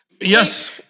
Yes